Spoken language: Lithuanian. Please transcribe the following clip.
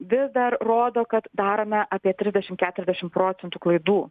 vis dar rodo kad darome apie trisdešimt keturiasdešimt procentų klaidų